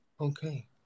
okay